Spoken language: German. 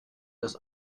das